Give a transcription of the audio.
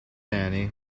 annie